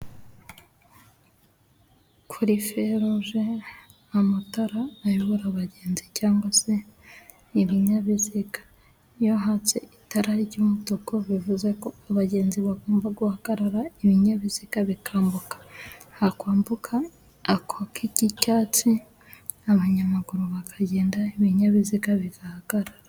Kuri feruje, amatara ayobora abagenzi cyangwa se ibinyabiziga. Iyo hatse itara ry'umutuku bivuze ko abagenzi bagomba guhagarara, ibinyabiziga bikambuka. Hakwaka ako k'icyatsi, abanyamaguru bakagenda ibinyabiziga bidahagarara.